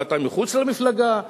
אבל אתה מחוץ למפלגה,